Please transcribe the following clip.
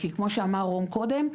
כי כמו שאמר רום קודם,